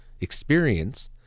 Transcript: experience